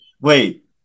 wait